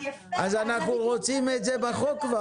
אז אנחנו רוצים את זה כבר בחוק,